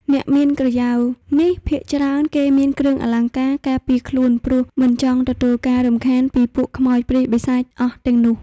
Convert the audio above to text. អ្នកមានក្រយ៉ៅនេះភាគច្រើនគេមានគ្រឿងអលង្ការការពារខ្លួនព្រោះមិនចង់ទទួលការរំខានពីពួកខ្មោចព្រាយបិសាចអស់ទាំងនោះ